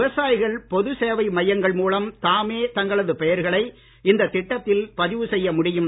விவசாயிகள் பொது சேவை மையங்கள் மூலம் தாமே தங்களது பெயர்களை இந்த திட்டத்தில் பதிவு செய்ய முடியும்